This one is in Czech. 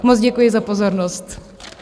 Moc děkuji za pozornost.